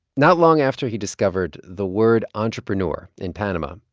not long after he discovered the word entrepreneur in panama,